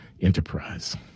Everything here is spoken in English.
enterprise